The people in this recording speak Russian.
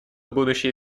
будущие